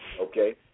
Okay